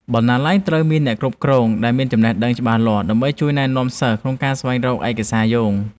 បណ្ណាល័យត្រូវមានអ្នកគ្រប់គ្រងដែលមានចំណេះដឹងច្បាស់លាស់ដើម្បីជួយណែនាំសិស្សក្នុងការស្វែងរកឯកសារយោង។